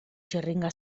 txirringa